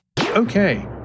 Okay